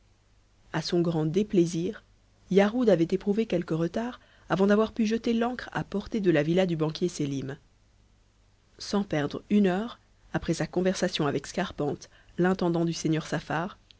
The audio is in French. a son grand déplaisir yarhud avait éprouvé quelque retard avant d'avoir pu jeter l'ancre à portée de la villa du banquier sélim sans perdre une heure après sa conversation avec scarpante l'intendant du seigneur